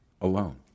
alone